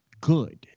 good